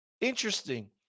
Interesting